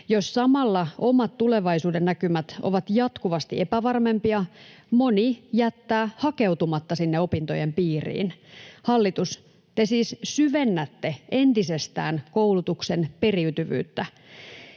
Jos samalla omat tulevaisuudennäkymät ovat jatkuvasti epävarmempia, moni jättää hakeutumatta sinne opintojen piiriin. Hallitus, te siis syvennätte entisestään koulutuksen periytyvyyttä.